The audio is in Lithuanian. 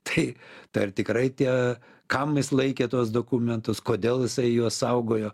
tai tai ar tikrai tie kam jis laikė tuos dokumentus kodėl jisai juos saugojo